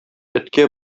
эткә